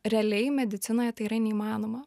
realiai medicinoje tai yra neįmanoma